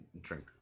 drink